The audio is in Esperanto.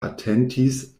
atentis